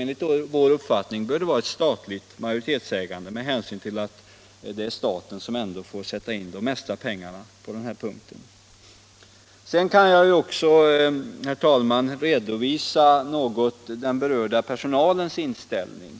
enligt vår uppfattning bör det vara ett statligt majoritetsägande, med hänsyn till att det ändå är staten som får sätta in de mesta pengarna. Jag kan också redovisa den berörda personalens inställning.